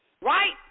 right